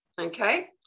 Okay